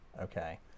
Okay